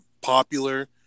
popular